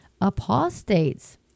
apostates